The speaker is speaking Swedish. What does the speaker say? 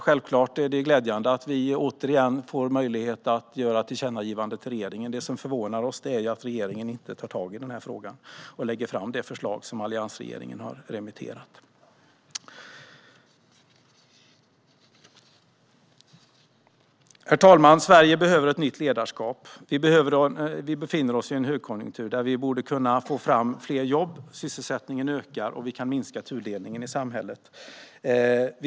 Självklart är det glädjande att vi återigen får möjlighet att göra ett tillkännagivande till regeringen. Det som förvånar oss är att regeringen inte tar tag i frågan och lägger fram det förslag som alliansregeringen skickade ut på remiss. Herr talman! Sverige behöver ett nytt ledarskap. Sverige befinner sig i en högkonjunktur där det borde växa fram fler jobb, sysselsättningen borde öka och tudelningen i samhället minska.